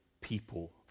people